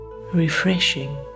refreshing